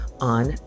on